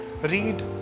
read